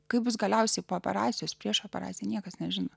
kai bus galiausiai po operacijos prieš operaciją niekas nežino